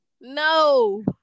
no